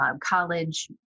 college